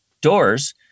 doors